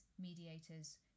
mediators